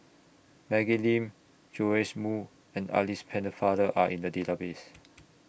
Maggie Lim Joash Moo and Alice Pennefather Are in The Database